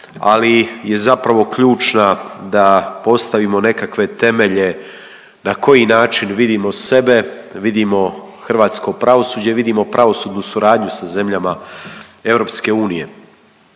ali je zapravo ključna da postavimo nekakve temelje na koji način vidimo sebe, vidimo hrvatsko pravosuđe, vidimo pravosudnu suradnju sa zemljama EU. Ja bi